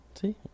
see